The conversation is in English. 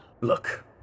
Look